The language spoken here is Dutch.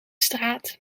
straat